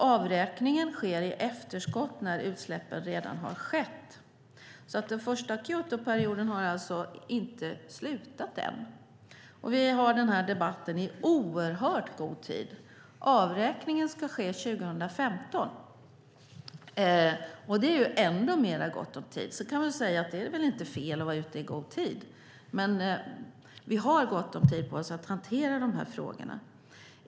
Avräkning sker i efterskott, när utsläppen redan skett. Den första Kyotoperioden är alltså inte avslutad ännu. Vi har den här debatten i oerhört god tid. Avräkning ska ske år 2015, så i det avseendet är det ännu mer gott om tid. Man kan väl säga att det inte är fel att vara ute i tid. Vi har alltså gott om tid för att hantera de här frågorna.